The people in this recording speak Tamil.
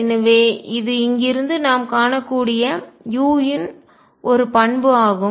எனவே இது இங்கிருந்து நாம் காணக்கூடிய u இன் ஒரு பண்பு ஆகும்